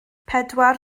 pedwar